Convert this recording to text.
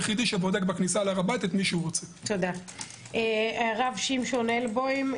אני רוצה קודם כול באיזשהו שבח,